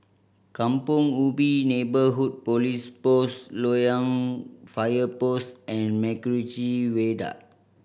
Kampong Ubi Neighbourhood Police Post Loyang Fire Post and MacRitchie Viaduct